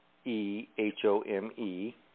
E-H-O-M-E